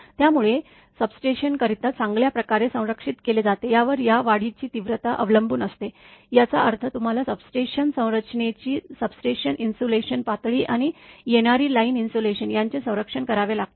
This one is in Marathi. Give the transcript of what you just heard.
त्यामुळे सबस्टेशनकिती चांगल्या प्रकारे संरक्षित केले जाते यावर या वाढीची तीव्रता अवलंबून असते याचा अर्थ तुम्हाला सबस्टेशन संरचनेची सबस्टेशन इन्सुलेशन पातळी आणि येणारी लाईन इन्सुलेशन यांचे संरक्षण करावे लागेल